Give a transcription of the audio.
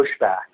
pushback